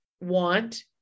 want